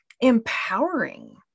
empowering